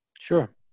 sure